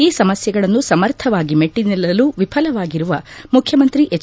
ಈ ಸಮಸ್ಥೆಗಳನ್ನು ಸಮರ್ಥವಾಗಿ ಮೆಟ್ಟಿ ನಿಲ್ಲಲು ವಿಫಲರಾಗಿರುವ ಮುಖ್ಯಮಂತ್ರಿ ಎಚ್